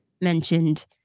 mentioned